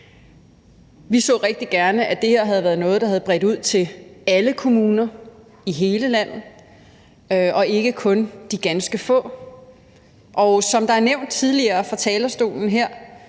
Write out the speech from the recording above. Vi så rigtig gerne, at det her havde været noget, der var blevet bredt ud til alle kommuner i hele landet og ikke kun ud til de ganske få. Og som det er nævnt tidligere fra talerstolen her,